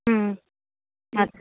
ਅੱਛਾ